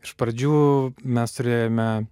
iš pradžių mes turėjome